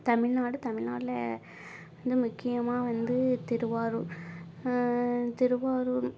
தமிழ்நாடு தமிழ்நாட்டில் வந்து முக்கியமாக வந்து திருவாரூர் திருவாரூர்